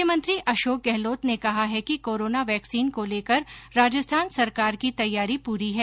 मुख्यमंत्री अशोक गहलोत ने कहा है कि कोरोना वैक्सीन को लेकर राजस्थान सरकार की तैयारी पूरी है